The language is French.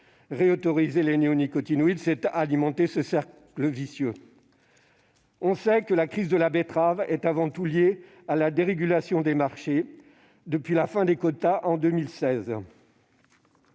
de nouveau les néonicotinoïdes, c'est alimenter ce cercle vicieux. On le sait, la crise de la betterave est avant tout liée à la dérégulation des marchés, depuis la fin des quotas en 2016.